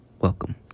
Welcome